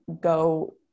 go